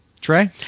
Trey